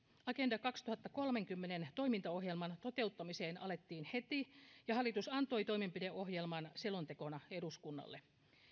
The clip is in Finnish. agenda kaksituhattakolmekymmentä toimintaohjelman toteuttamiseen alettiin heti ja hallitus antoi toimenpideohjelman selontekona eduskunnalle